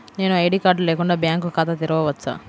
నేను ID card లేకుండా bank ఖాతా తెరవచ్చా?